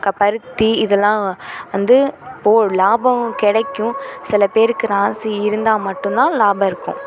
க பருத்தி இதெல்லாம் வந்து இப்போது லாபம் கிடைக்கும் சிலப் பேருக்கு ராசி இருந்தால் மட்டும் தான் லாபம் இருக்கும்